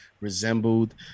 resembled